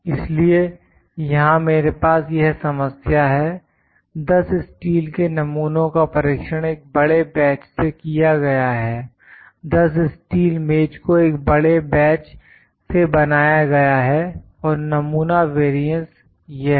इसलिए यहां मेरे पास यह समस्या है 10 स्टील के नमूनों का परीक्षण एक बड़े बैच से किया गया है 10 स्टील मेज को एक बड़े बैच से बनाया गया है और नमूना वेरियंस यह है